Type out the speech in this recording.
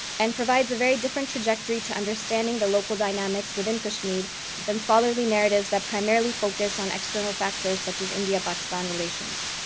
and provides a very different trajectory to understanding the local dynamics within kashmir than scholarly narratives that primarily focus on external factors, such as india-pakistan relations.